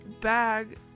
bag